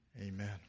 Amen